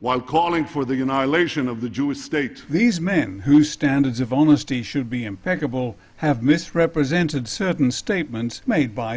while calling for the united nation of the jewish state these men whose standards of honesty should be impeccable have misrepresented certain statements made by